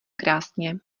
krásně